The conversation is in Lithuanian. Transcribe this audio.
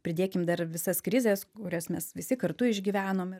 pridėkim dar visas krizes kurias mes visi kartu išgyvenom